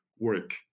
work